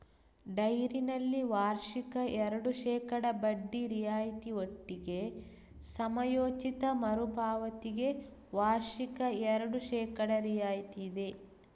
ಡೈರಿನಲ್ಲಿ ವಾರ್ಷಿಕ ಎರಡು ಶೇಕಡಾ ಬಡ್ಡಿ ರಿಯಾಯಿತಿ ಒಟ್ಟಿಗೆ ಸಮಯೋಚಿತ ಮರು ಪಾವತಿಗೆ ವಾರ್ಷಿಕ ಎರಡು ಶೇಕಡಾ ರಿಯಾಯಿತಿ ಇದೆ